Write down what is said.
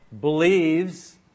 believes